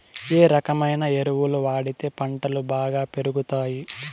ఏ రకమైన ఎరువులు వాడితే పంటలు బాగా పెరుగుతాయి?